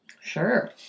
sure